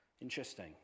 Interesting